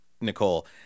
Nicole